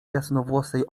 jasnowłosej